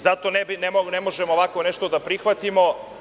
Zato ne možemo ovako nešto da prihvatimo.